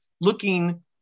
looking